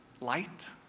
light